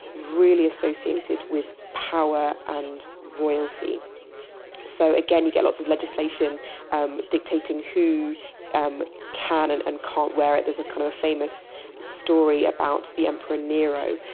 really associated with power and royalty so again, you get lots of legislation um dictating who um can and and can't wear it. there's a kind of famous story about the emperor nero,